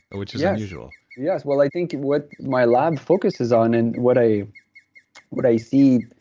which is unusual yes. well, i think what my lab focuses on and what i what i see.